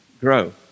grow